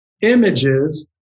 images